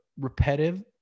repetitive